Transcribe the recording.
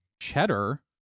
cheddar